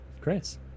Chris